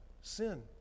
sin